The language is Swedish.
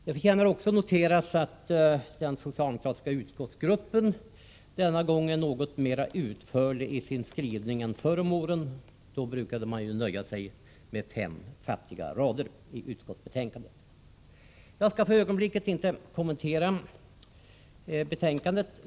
Det förtjänar också noteras att den socialdemokratiska utskottsgruppen denna gång är något mer utförlig i sin skrivning än förr om åren, när den brukade nöja sig med fem fattiga rader i utskottsbetänkandet. Jag skall för ögonblicket inte kommentera betänkandet.